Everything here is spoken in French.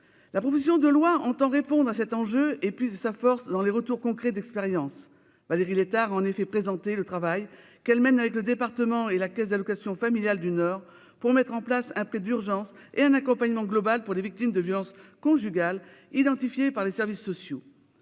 La proposition de loi entend répondre à cet enjeu et puise sa force dans les retours concrets d'expérience. Valérie Létard a en effet présenté le travail qu'elle mène avec le département et la caisse d'allocations familiales du Nord pour mettre en place un prêt d'urgence et un accompagnement global des victimes de violences conjugales identifiées par les services sociaux.